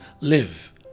live